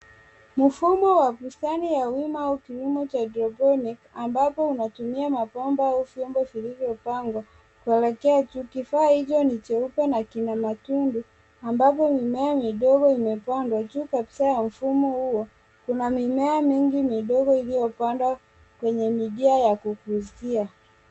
Mfumo wa bustani ya wima au kilimo cha haodroponiki ambapo unatumia mabomba au vyombo vilivyopangwa kuelekea juu. Kifaa hicho ni cheupe na kina matundu ambapo mimea midogo imepandwa. Juu kabisa ya mfumo huu kuna mimea mingine midogo iliyopandwa kwenye milia ya kubustia.